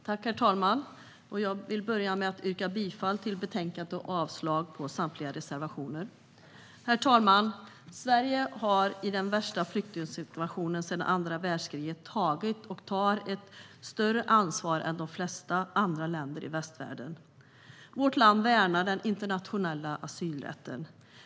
Herr talman! Jag vill börja med att yrka bifall till utskottets förslag i betänkandet och avslag på samtliga reservationer. Herr talman! Sverige har i den värsta flyktingsituationen sedan andra världskriget tagit och tar ett större ansvar än de flesta andra länder i västvärlden. Vårt land värnar den internationella asylrätten.